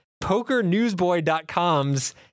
PokerNewsBoy.com's